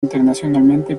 internacionalmente